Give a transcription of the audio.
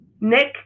Nick